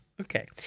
Okay